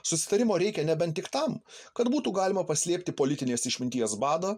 susitarimo reikia nebent tik tam kad būtų galima paslėpti politinės išminties badą